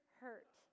hurt